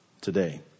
Today